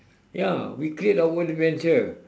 ya we create our own adventure